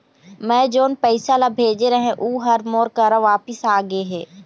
मै जोन पैसा ला भेजे रहें, ऊ हर मोर करा वापिस आ गे हे